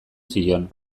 zion